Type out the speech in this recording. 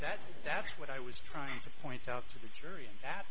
that that's what i was trying to point out to the jury and that